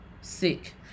Sick